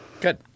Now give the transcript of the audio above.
Good